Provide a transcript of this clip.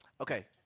Okay